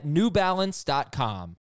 NewBalance.com